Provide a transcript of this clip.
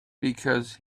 because